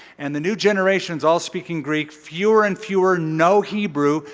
and the new generation is all speaking greek. fewer and fewer know hebrew.